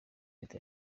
leta